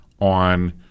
on